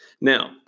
Now